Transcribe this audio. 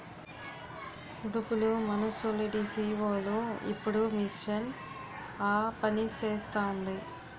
ఉడుపులు మనుసులుడీసీవోలు ఇప్పుడు మిషన్ ఆపనిసేస్తాంది